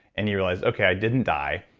and you realize, okay, i didn't die.